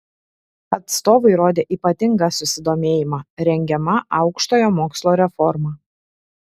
atstovai rodė ypatingą susidomėjimą rengiama aukštojo mokslo reforma